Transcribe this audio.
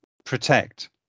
protect